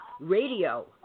Radio